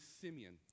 Simeon